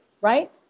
right